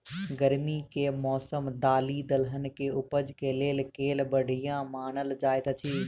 गर्मी केँ मौसम दालि दलहन केँ उपज केँ लेल केल बढ़िया मानल जाइत अछि?